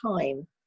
time